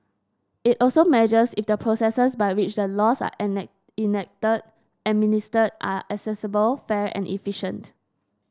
it also measures if the processes by which the laws are enacted and administered are accessible fair and efficient